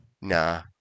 Nah